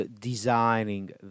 designing